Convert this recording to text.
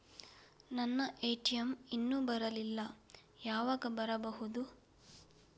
ನನ್ನ ಎ.ಟಿ.ಎಂ ಇನ್ನು ಬರಲಿಲ್ಲ, ಯಾವಾಗ ಬರಬಹುದು?